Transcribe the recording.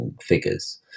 figures